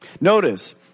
Notice